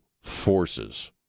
forces